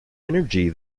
energy